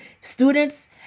students